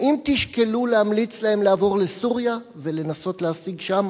האם תשקלו להמליץ להם לעבור לסוריה ולנסות להשיג שם